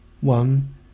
one